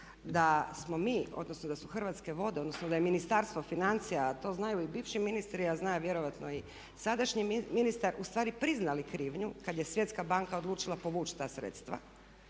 da smo mi odnosno da su Hrvatske vode odnosno da je Ministarstvo financija a to znaju i bivši ministri a zna vjerojatno i sadašnji ministar ustvari priznali krivnju kad je Svjetska banka odlučila povući ta sredstva